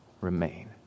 remain